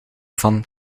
van